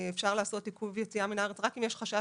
אפשר לעשות עיכוב יציאה מן הארץ רק אם יש חשש